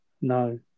No